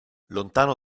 lontano